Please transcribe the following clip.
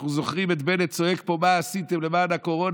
אנחנו זוכרים את בנט צועק פה: מה עשיתם למען הקורונה?